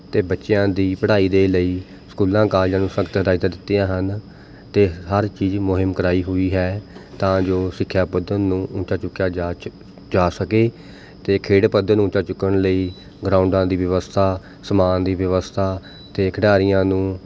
ਅਤੇ ਬੱਚਿਆਂ ਦੀ ਪੜ੍ਹਾਈ ਦੇ ਲਈ ਸਕੂਲਾਂ ਕਾਲਜਾਂ ਨੂੰ ਸਖ਼ਤ ਹਦਾਇਤਾਂ ਦਿੱਤੀਆਂ ਹਨ ਅਤੇ ਹਰ ਚੀਜ਼ ਮੁਹਿੰਮ ਕਰਵਾਈ ਹੋਈ ਹੈ ਤਾਂ ਜੋ ਸਿੱਖਿਆ ਪੱਧਰ ਨੂੰ ਉੱਚਾ ਚੁੱਕਿਆ ਜਾ ਜਾ ਸਕੇ ਅਤੇ ਖੇਡ ਪੱਧਰ ਨੂੰ ਉੱਚਾ ਚੁੱਕਣ ਲਈ ਗਰਾਊਡਾਂ ਦੀ ਵਿਵਸਥਾ ਸਮਾਨ ਦੀ ਵਿਵਸਥਾ ਅਤੇ ਖਿਡਾਰੀਆਂ ਨੂੰ